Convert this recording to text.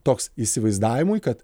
toks įsivaizdavimui kad